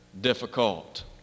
difficult